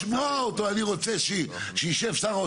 אני שואלת את זה כי הוא מתייחס לזה כאילו